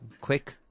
quick